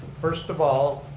first of all,